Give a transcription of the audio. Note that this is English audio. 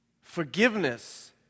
forgiveness